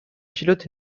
pilote